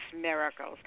miracles